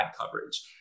coverage